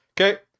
okay